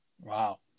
Wow